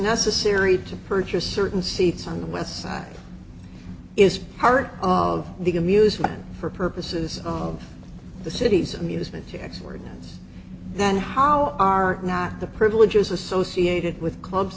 necessary to purchase certain seats on the west side is part of the amusement for purposes of the city's amusement park then how are the privileges associated with club